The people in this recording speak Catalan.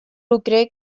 lucre